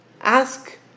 Ask